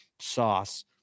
sauce